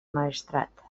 maestrat